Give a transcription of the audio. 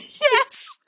Yes